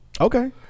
Okay